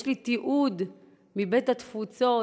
ויש לי תיעוד מבית-התפוצות,